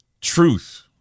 truth